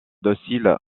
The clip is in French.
docile